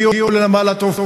הן הגיעו לנמל-התעופה